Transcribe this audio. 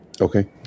Okay